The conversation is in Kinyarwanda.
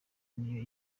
niyo